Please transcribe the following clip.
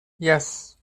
yes